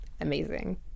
amazing